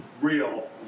real